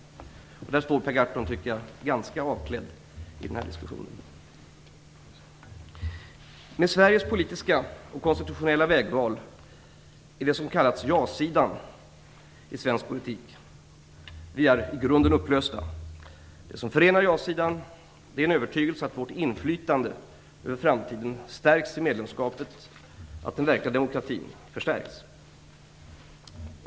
Per Gahrton står ganska avklädd i denna diskussion. Med Sveriges politiska och konstitutionella vägval är det som kallats "ja-sidan" i svensk politik i grunden upplöst. Det som förenat ja-sidan är en övertygelse att vårt inflytande över framtiden stärks i medlemskapet, att den verkliga demokratin förstärks.